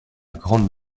grande